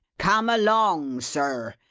come along sir.